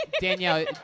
Danielle